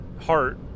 heart